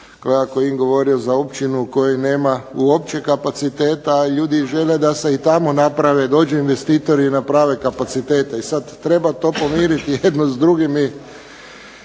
Kajin govorio za općinu koja uopće nema kapaciteta, a ljudi žele da se i tamo naprave, dođu investitori, naprave kapacitete. I sad treba to pomiriti jedno s drugim